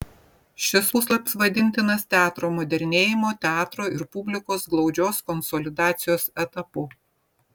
šis puslapis vadintinas teatro modernėjimo teatro ir publikos glaudžios konsolidacijos etapu